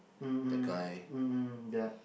um um um um yup